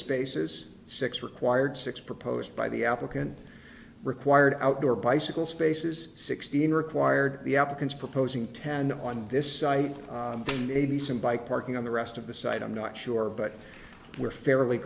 spaces six required six proposed by the applicant required outdoor bicycle spaces sixteen required the applicants proposing ten on this site a decent bike parking on the rest of the site i'm not sure but we're fairly